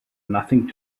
nothing